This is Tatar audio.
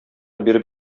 биреп